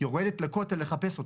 יורדת לכותל לחפש אותו,